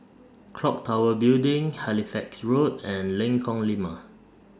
Clock Tower Building Halifax Road and Lengkong Lima